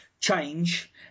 change